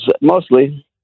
mostly